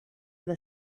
with